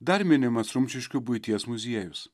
dar minimas rumšiškių buities muziejus